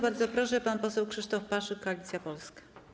Bardzo proszę, pan poseł Krzysztof Paszyk, Koalicja Polska.